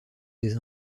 des